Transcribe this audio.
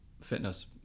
fitness